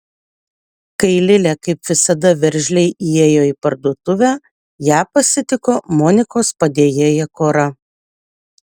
kai lilė kaip visada veržliai įėjo į parduotuvę ją pasitiko monikos padėjėja kora